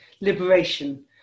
liberation